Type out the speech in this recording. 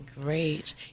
Great